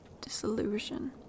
disillusion